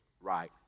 right